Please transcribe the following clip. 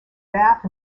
bath